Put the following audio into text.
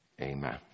amen